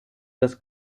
das